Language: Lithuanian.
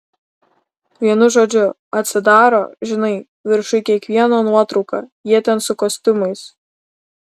vienu žodžiu atsidaro žinai viršuj kiekvieno nuotrauka jie ten su kostiumais